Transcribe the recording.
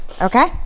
Okay